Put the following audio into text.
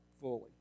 fully